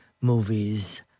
movies